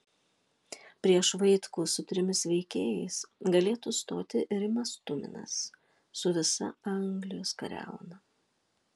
prieš vaitkų su trimis veikėjais galėtų stoti rimas tuminas su visa anglijos kariauna